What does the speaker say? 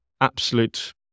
absolute